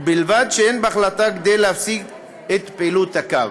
ובלבד שאין בהחלטה כדי להפסיק את פעילות הקו.